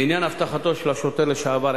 לעניין אבטחתו של השוטר לשעבר,